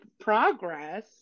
progress